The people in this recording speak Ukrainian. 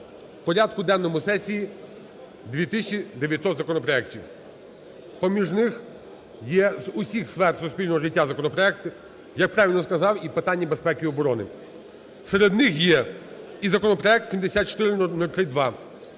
порядку денному сесії 2 тисячі 900 законопроектів. Поміж них є з усіх сфер суспільного життя законопроекти, як правильно сказав, і питання безпеки і оборони. Серед них є і законопроект 7403-2,